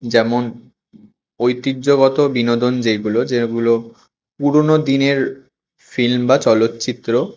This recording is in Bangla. যেমন ঐতিহ্যগত বিনোদন যেগুলো যেগুলো পুরনো দিনের ফিল্ম বা চলচ্চিত্র